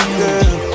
girl